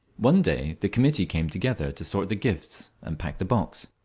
one day the committee came together to sort the gifts and pack the box.